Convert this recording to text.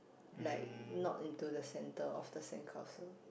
like not into the centre of the sandcastle